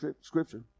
scripture